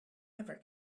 ever